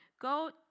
go